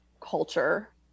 culture